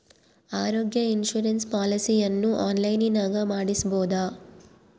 ಆರೋಗ್ಯ ಇನ್ಸುರೆನ್ಸ್ ಪಾಲಿಸಿಯನ್ನು ಆನ್ಲೈನಿನಾಗ ಮಾಡಿಸ್ಬೋದ?